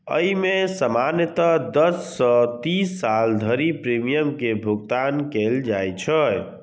अय मे सामान्यतः दस सं तीस साल धरि प्रीमियम के भुगतान कैल जाइ छै